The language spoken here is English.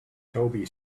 toby